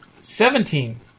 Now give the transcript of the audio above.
Seventeen